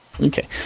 Okay